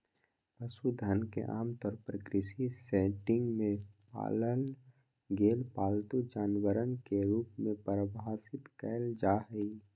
पशुधन के आमतौर पर कृषि सेटिंग में पालल गेल पालतू जानवरवन के रूप में परिभाषित कइल जाहई